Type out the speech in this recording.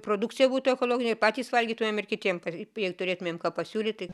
produkcija būtų ekologinė ir patys valgytumėm ir kitiem kad jie turėtumėm ką pasiūlyti